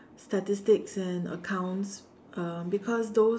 statics and accounts um because those